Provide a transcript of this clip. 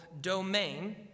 domain